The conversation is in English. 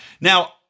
Now